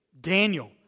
Daniel